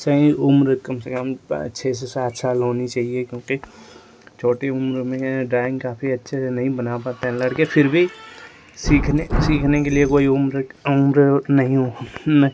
सही उम्र कम से कम छः से सात साल होनी चाहिए क्योंकि छोटी उम्र में ड्राइंग काफ़ी अच्छे से नहीं बना पाते हैं लड़के फिर भी सीखने सीखने के लिए कोई उम्र उम्र नहीं होती न